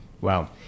Wow